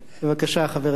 בבקשה, חבר הכנסת מולה.